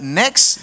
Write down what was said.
next